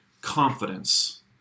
confidence